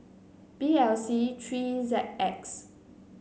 B L C three Z X